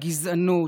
הגזענות,